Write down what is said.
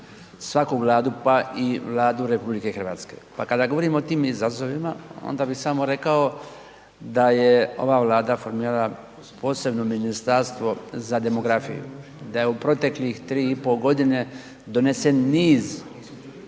svaku vladu pa i Vladu RH pa kada govorimo o tim izazovima, onda bi samo rekao da je ova Vlada formirala posebno Ministarstvo za demografiju, da je u proteklih 3,5 g. donesen niz